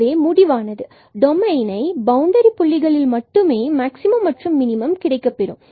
எனவே முடிவானது domain boundary புள்ளிகளில் மட்டுமே மேக்ஸிமம் மற்றும் மினிமம் கிடைக்கப் பெறும்